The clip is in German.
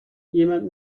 jemand